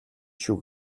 шүү